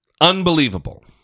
Unbelievable